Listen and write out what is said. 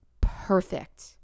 perfect